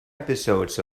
episodes